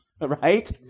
Right